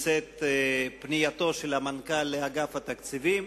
פנייתו של המנכ"ל לאגף התקציבים.